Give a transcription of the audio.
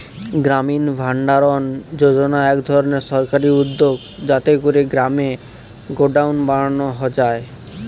গ্রামীণ ভাণ্ডারণ যোজনা এক ধরনের সরকারি উদ্যোগ যাতে করে গ্রামে গডাউন বানানো যায়